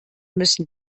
müssen